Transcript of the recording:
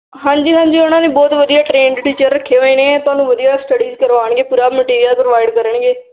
ਹਾਂਜੀ ਹਾਂਜੀ ਉਹਨਾਂ ਨੇ ਬਹੁਤ ਵਧੀਆ ਟ੍ਰੇਨਡ ਟੀਚਰ ਰੱਖੇ ਹੋਏ ਨੇ ਤੁਹਾਨੂੰ ਵਧੀਆ ਸਟੱਡੀਜ਼ ਕਰਵਾਉਣਗੇ ਪੂਰਾ ਮਟੀਰੀਅਲ ਪ੍ਰੋਵਾਈਡ ਕਰਨਗੇ